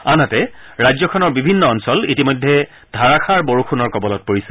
আনহাতে ৰাজ্যখনৰ বিভিন্ন অঞ্চল ইতিমধ্যে ধাৰাষাৰ বৰষুণৰ কবলত পৰিছে